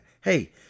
Hey